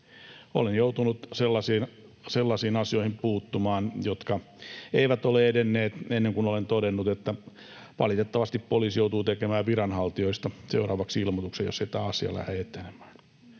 Olen joutunut puuttumaan sellaisiin asioihin, jotka eivät ole edenneet ennen kuin olen todennut, että valitettavasti poliisi joutuu tekemään viranhaltijoista seuraavaksi ilmoituksen, jos ei tämä asia lähde etenemään.